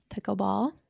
pickleball